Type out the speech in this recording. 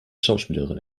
schauspielerin